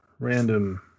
random